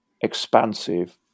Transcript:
expansive